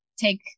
take